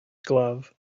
glove